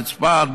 בצפת,